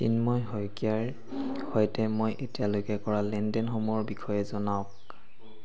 চিন্ময় শইকীয়াৰ সৈতে মই এতিয়ালৈকে কৰা লেনদেনসমূহৰ বিষয়ে জনাওক